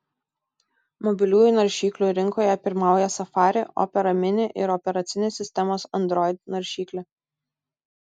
mobiliųjų naršyklių rinkoje pirmauja safari opera mini ir operacinės sistemos android naršyklė